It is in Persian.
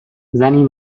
زنی